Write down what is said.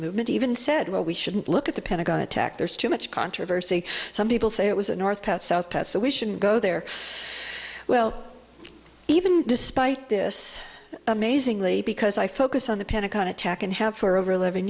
movement even said well we shouldn't look at the pentagon attack there's too much controversy some people say it was a north south pass so we shouldn't go there well even despite this amazingly because i focus on the pentagon attack and have for over